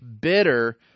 bitter